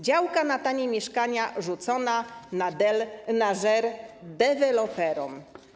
Działka na tanie mieszkania rzucona na żer deweloperom.